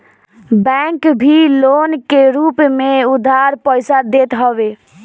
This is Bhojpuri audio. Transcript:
बैंक भी लोन के रूप में उधार पईसा देत हवे